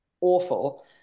awful